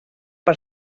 per